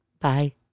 Bye